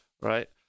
right